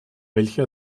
welche